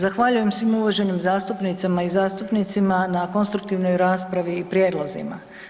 Zahvaljujem svim uvaženim zastupnicama i zastupnicima na konstruktivnoj raspravi i prijedlozima.